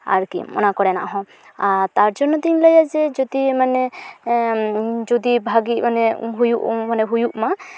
ᱟᱨᱠᱤ ᱚᱱᱟ ᱠᱚᱨᱮᱱᱟᱜ ᱦᱚᱸ ᱟᱨ ᱛᱟᱨ ᱡᱚᱱᱱᱚ ᱛᱤᱧ ᱞᱟᱹᱭᱟ ᱡᱮ ᱡᱩᱫᱤ ᱢᱟᱱᱮ ᱡᱩᱫᱤ ᱵᱷᱟᱹᱜᱤ ᱢᱟᱱᱮ ᱦᱩᱭᱩᱜ ᱢᱟᱱᱮ ᱦᱩᱭᱩᱜ ᱢᱟ